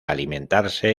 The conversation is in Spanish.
alimentarse